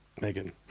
Megan